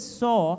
saw